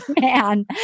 man